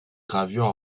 gravures